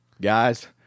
guys